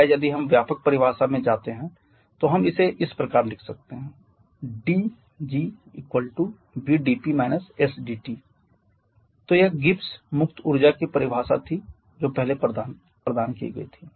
या यदि हम व्यापक परिभाषा में जाते हैं तो हम इसे इस प्रकार लिख सकते हैं dG VdP − SdT तो यह गिब्स मुक्त ऊर्जा की परिभाषा थी जो पहले प्रदान की गई थी